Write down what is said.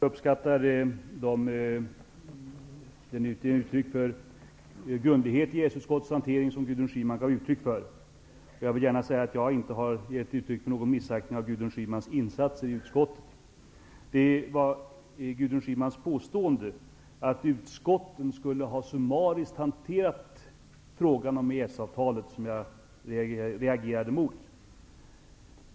Herr talman! Jag uppskattar den grundlighet i EES utskottets hantering som Gudrun Schyman gav uttryck för. Jag vill gärna säga att jag inte har gett uttryck för någon missaktning av Gudrun Schymans insatser i utskottet. Det var Gurdun Schymans påstående att utskotten skulle ha hanterat frågan om EES-avtalet summariskt som jag reagerade emot.